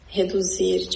reduzir